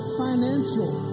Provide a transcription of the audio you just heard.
financial